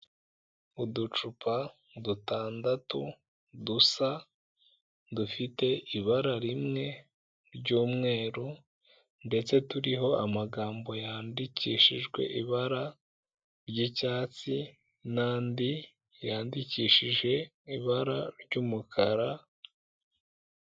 Uducupa dutandatu dusa, dufite ibara rimwe ry'umweru ndetse turiho amagambo yandikishijwe ibara ry'icyatsi n'andi yandikishije ibara ry'umukara.